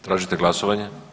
Tražite glasovanje?